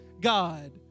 God